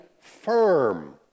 firm